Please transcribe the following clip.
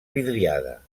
vidriada